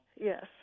Yes